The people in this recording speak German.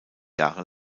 jahre